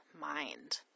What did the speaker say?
mind